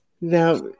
Now